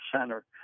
center